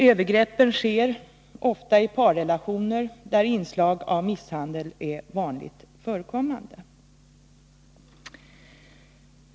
Övergreppen sker ofta i parrelationer där inslag av misshandel är vanligt förekommande.